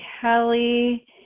Kelly